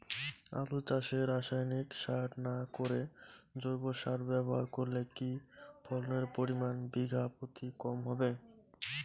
আলু চাষে রাসায়নিক সার না করে জৈব সার ব্যবহার করলে কি ফলনের পরিমান বিঘা প্রতি কম হবে?